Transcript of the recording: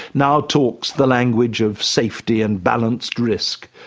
now talks the language of safety and balanced risk.